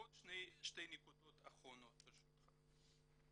עוד שתי נקודות אחרונות ברשותך.